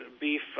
beef